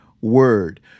word